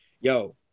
Yo